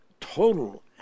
total